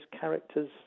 characters